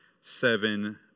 seven